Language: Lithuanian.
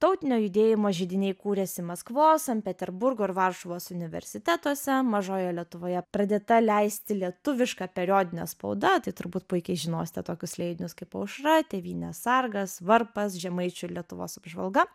tautinio judėjimo židiniai kūrėsi maskvos sankt peterburgo ir varšuvos universitetuose mažojoje lietuvoje pradėta leisti lietuviška periodinė spauda tai turbūt puikiai žinosite tokius leidinius kaip aušra tėvynės sargas varpas žemaičių ir lietuvos apžvalga